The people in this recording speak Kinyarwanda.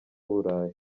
burayi